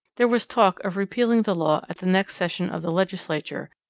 there was talk of repealing the law at the next session of the legislature,